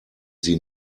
sie